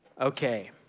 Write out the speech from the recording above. Okay